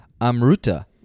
Amruta